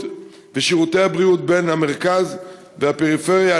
ושירותי הבריאות בין המרכז והפריפריה,